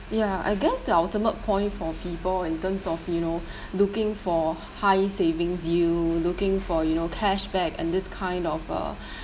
ya I guess the ultimate point for people in terms of you know looking for high savings yield looking for you know cashback and this kind of uh